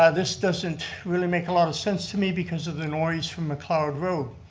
this doesn't really make a lot of sense to me because of the noise from mcleod road.